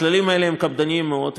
הכללים האלה קפדניים מאוד,